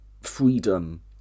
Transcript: freedom